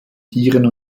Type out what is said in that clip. tieren